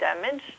damage